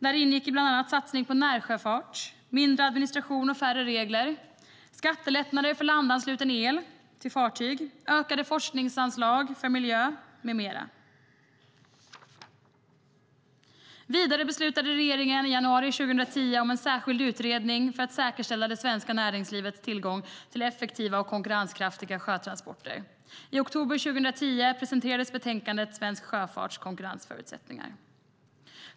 Där ingick bland annat en satsning på närsjöfart, mindre administration och färre regler, skattelättnader för landansluten el till fartyg, ökade forskningsanslag till miljö med mera. Vidare beslutade regeringen i januari 2010 om en särskild utredning för att säkerställa det svenska näringslivets tillgång till effektiva och konkurrenskraftiga sjötransporter. I oktober 2010 presenterades betänkandet Svensk sjöfarts konkurrensförutsättningar .